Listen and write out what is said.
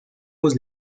was